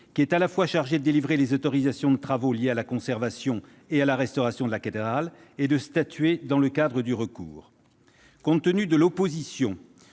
est à la fois chargée de délivrer les autorisations de travaux liés à la conservation et à la restauration de la cathédrale et de statuer dans le cadre du recours. Compte tenu de l'opposition